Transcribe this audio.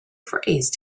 phrase